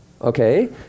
Okay